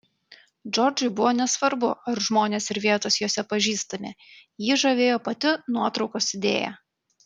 džordžui buvo nesvarbu ar žmonės ir vietos jose pažįstami jį žavėjo pati nuotraukos idėja